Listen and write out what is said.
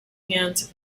hands